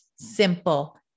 simple